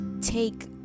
take